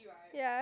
ya